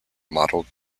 modelled